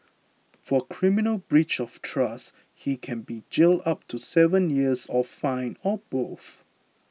for criminal breach of trust he can be jailed up to seven years or fined or both